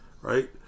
right